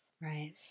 Right